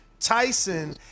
tyson